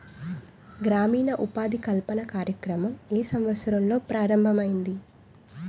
గ్రామీణ ఉపాధి కల్పన కార్యక్రమం ఏ సంవత్సరంలో ప్రారంభం ఐయ్యింది?